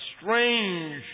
strange